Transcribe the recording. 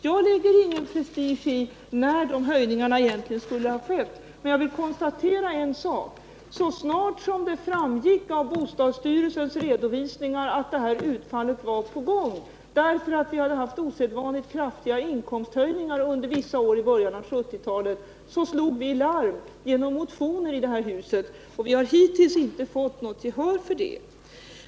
Jag lägger ingen prestige i när de höjningarna egentligen skulle ha skett, men jag vill konstatera en sak: Så snart det framgick av bostadsstyrelsens redovisningar att denna utveckling var på gång — på grund av att vi hade haft osedvanligt kraftiga inkomsthöjningar vissa år i början av 1970-talet — slog vi larm genom motioner här i huset, och vi har hittills inte fått något gehör för dem.